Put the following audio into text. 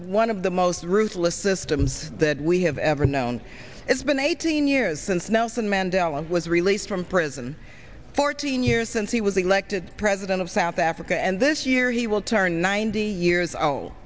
one of the most ruthless systems that we have ever known it's been eighteen years since nelson mandela was released from prison fourteen years since he was elected president of south africa and this year he will turn ninety years old